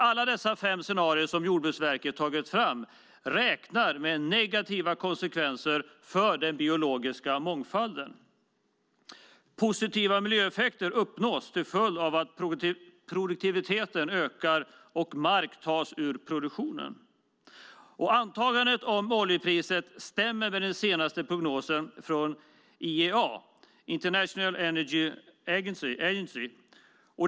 Alla fem scenarierna som Jordbruksverket tagit fram räknar med negativa konsekvenser för den biologiska mångfalden. Positiva miljöeffekter uppnås till följd av att produktiviteten ökar och mark tas ur produktionen. Antagandet om oljepriset stämmer med den senaste prognosen från IEA, International Energy Agency.